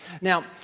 Now